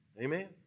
Amen